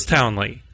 Townley